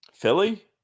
Philly